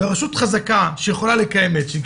ורשות חזקה שיכולה לקיים מצ'ינג,